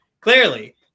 Clearly